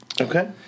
Okay